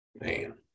Man